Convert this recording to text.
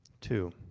Two